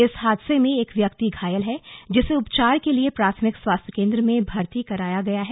इस हादसे में एक व्यक्ति घायल है जिसे उपचार के लिए प्राथमिक स्वास्थ्य केंद्र में भर्ती कराया गया है